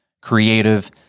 creative